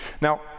Now